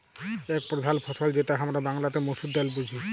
এক প্রধাল ফসল যেটা হামরা বাংলাতে মসুর ডালে বুঝি